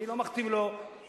אני לא מכתיב לו איזה